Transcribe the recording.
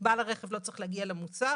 בעל הרכב לא צריך להגיע למוסך.